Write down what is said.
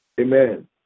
amen